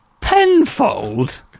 Penfold